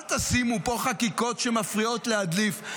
אל תשימו פה חקיקות שמפריעות להדליף.